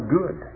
good